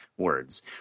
words